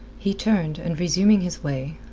he turned, and resuming his way,